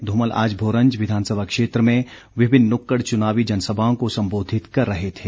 धूमल आज भोरंज विधानसभा क्षेत्र में विभिन्न नुक्कड़ चुनावी जनसभाओं को संबोधित कर रहे थे